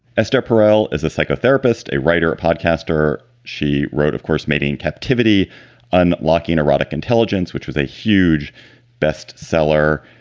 esther perel is a psychotherapist, a writer, a podcaster. she wrote, of course, mating in captivity and locking erotic intelligence, which was a huge best seller.